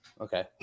okay